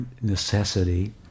necessity